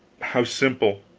how simple,